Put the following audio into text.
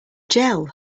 gel